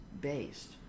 based